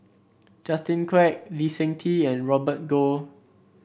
Justin Quek Lee Seng Tee and Robert Goh